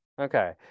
Okay